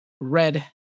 red